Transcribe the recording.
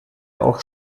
auch